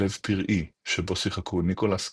"לב פראי" שבו שיחקו ניקולס קייג',